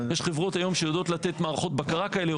יש חברות היום שיודעות לתת מערכות בקרה כאלה,